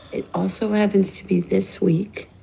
it also happens to be this week